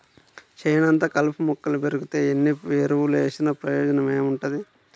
చేనంతా కలుపు మొక్కలు బెరిగితే ఎన్ని ఎరువులు వేసినా ప్రయోజనం ఏముంటది